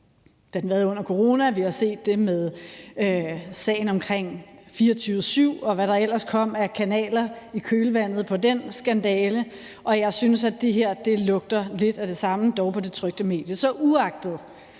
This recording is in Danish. har den været under corona, og vi har set det i sagen omkring Radio24syv, og hvad der ellers kom af kanaler i kølvandet på den skandale. Jeg synes, at det her lugter lidt af det samme, dog på det trykte medie. Så uagtet